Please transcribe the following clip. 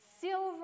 Silver